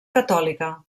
catòlica